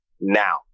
now